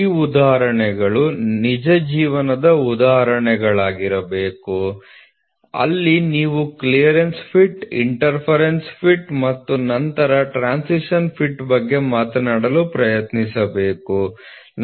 ಈ ಉದಾಹರಣೆಗಳು ನಿಜ ಜೀವನದ ಉದಾಹರಣೆಗಳಾಗಿರಬೇಕು ಅಲ್ಲಿ ನೀವು ಕ್ಲಿಯರೆನ್ಸ್ ಫಿಟ್ ಟ್ರಾನ್ಸಿಶನ್ ಫಿಟ್ ಮತ್ತು ಇನ್ಟರ್ಫೀರನ್ಸ ಫಿಟ್ ಬಗ್ಗೆ ಮಾತನಾಡಲು ಪ್ರಯತ್ನಿಸುತ್ತೀರಿ